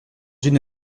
une